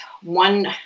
one